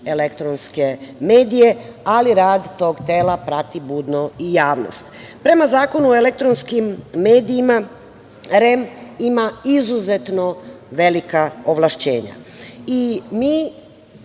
članova REM-a, ali rad tog tela prati budno i javnost. Prema Zakonu o elektronskim medijima, REM ima izuzetno velika ovlašćenja. Mi,